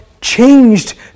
changed